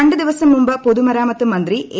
രണ്ട് ദിവസം മുമ്പ് പൊതുമരാമത്ത് മന്ത്രി എ